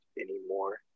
anymore